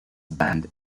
banned